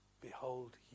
Behold